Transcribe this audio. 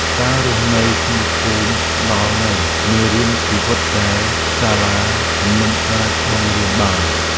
ការរស់នៅក្នុងភូមិផ្ដល់នូវមេរៀនជីវិតដែលសាលាមិនអាចបង្រៀនបាន។